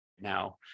now